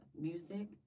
music